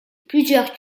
plusieurs